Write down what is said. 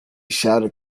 shouted